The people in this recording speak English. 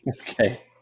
Okay